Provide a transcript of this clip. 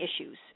issues